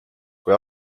kui